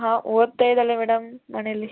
ಹಾಂ ಓದ್ತಾ ಇದ್ದಾಳೆ ಮೇಡಮ್ ಮನೆಯಲ್ಲಿ